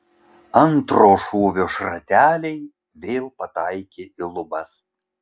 antro šūvio šrateliai vėl pataikė į lubas